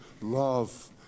love